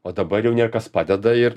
o dabar jau niekas padeda ir